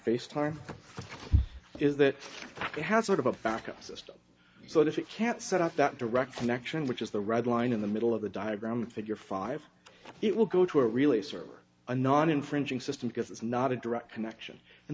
face time is that they have sort of a backup system so if you can't set out that direct connection which is the red line in the middle of the diagram figure five it will go to a really server anon infringing system because it's not a direct connection and